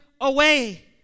away